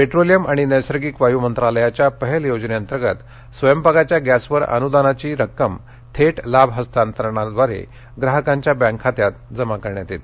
petroleum आणि नैसर्गिक वायू मंत्रालयाच्या पहल योजनेंतर्गत स्वयंपाकाच्या गॅसवर अनुदानाची रक्कम थेट लाभ हस्तांतरणाद्वारे ग्राहकांच्या बँक खात्यात जमा करण्यात येते